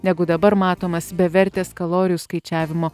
negu dabar matomas bevertės kalorijų skaičiavimo